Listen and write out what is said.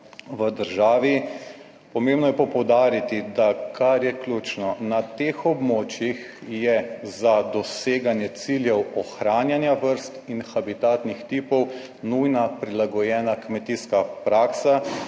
v državi. Pomembno je pa poudariti, da kar je ključno na teh območjih je za doseganje ciljev ohranjanja vrst in habitatnih tipov nujna prilagojena kmetijska praksa